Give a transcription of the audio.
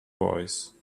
voice